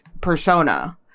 persona